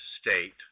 state